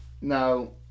Now